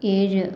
ഏഴ്